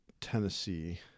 Tennessee